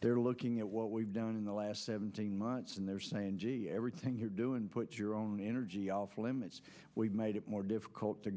they're looking at what we've done in the last seventeen months and they're saying gee everything you're doing put your own energy off limits we've made it more difficult to